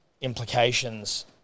implications